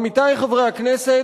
עמיתי חברי הכנסת,